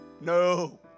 No